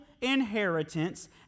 inheritance